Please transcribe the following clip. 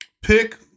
pick